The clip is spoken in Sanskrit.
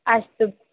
अस्तु